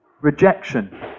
rejection